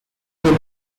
rigor